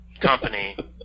company